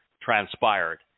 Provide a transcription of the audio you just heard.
transpired